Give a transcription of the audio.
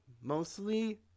mostly